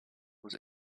was